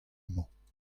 mañ